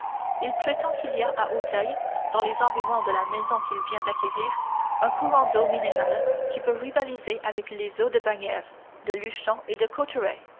il prétend qu'il y a à auteuil dans les environs de la maison qu'il vient d'acquérir un courant d'eau minérale qui peut rivaliser avec les eaux de bagnères de luchon et de